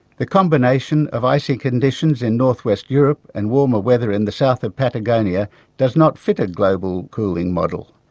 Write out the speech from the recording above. the combination of icy conditions in north west europe and warmer weather in the south of patagonia does not fit a global cooling model.